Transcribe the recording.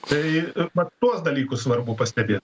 tai vat tuos dalykus svarbu pastebėt